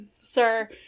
Sir